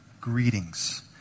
greetings